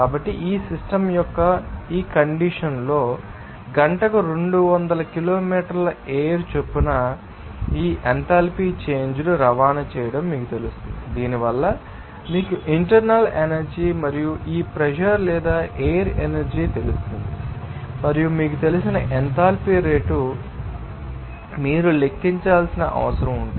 కాబట్టి ఈ సిస్టమ్ యొక్క ఈ కండిషన్ లో గంటకు 200 కిలోమీటర్ల ఎయిర్ ం చొప్పున ఈ ఎంథాల్పీ చేంజ్ ను రవాణా చేయడం మీకు తెలుస్తుంది దీనివల్ల మీకు ఇంటర్నల్ ఎనర్జీ మరియు ఈ ప్రెషర్ లేదా ఎయిర్ ఎనర్జీ తెలుసు మరియు మీకు తెలిసిన ఎంథాల్పీ రేటు మీరు లెక్కించాల్సిన అవసరం ఉంటుంది